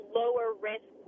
lower-risk